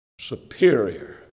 Superior